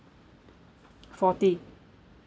forty